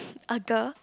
a girl